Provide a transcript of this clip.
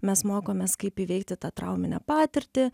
mes mokomės kaip įveikti tą trauminę patirtį